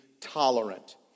tolerant